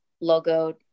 logo